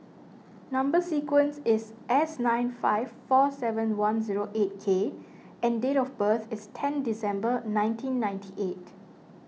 Number Sequence is S nine five four seven one zero eight K and date of birth is ten December nineteen ninety eight